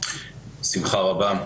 בשמחה רבה.